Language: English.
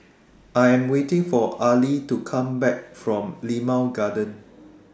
I Am waiting For Arly to Come Back from Limau Garden